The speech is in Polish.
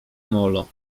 molo